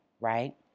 right